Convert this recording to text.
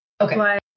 Okay